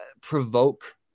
provoke